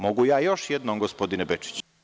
Mogu ja to još jednom, gospodine Bečiću.